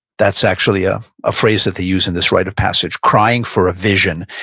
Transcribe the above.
that's actually ah a phrase that they use in this rite of passage, crying for a vision,